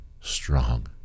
strong